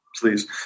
Please